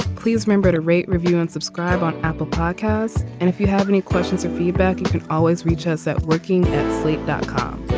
please remember to rate review and subscribe on apple podcasts. and if you have any questions or feedback you can always reach us at working at slate dot com.